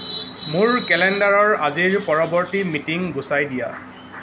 মোৰ কেলেণ্ডাৰৰ আজিৰ পৰৱৰ্তী মিটিং গুচাই দিয়া